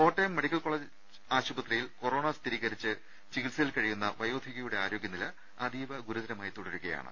Kottayam medical കോളജിൽ corona സ്ഥിരീക രിച്ച് ചികിത്സയിൽ കഴിയുന്ന വയോധികയുടെ ആരോഗ്യ നില അതീവ ഗുരുതരമായി തുടരുകയാണ്